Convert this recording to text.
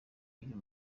n’uyu